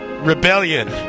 rebellion